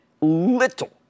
little